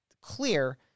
clear